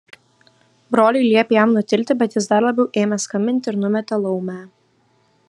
broliai liepė jam nutilti bet jis dar labiau ėmė skambinti ir numetė laumę